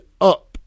up